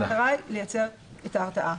המטרה היא לייצר את ההרתעה.